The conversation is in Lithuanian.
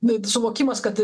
bet suvokimas kad